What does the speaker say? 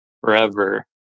forever